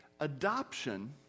Adoption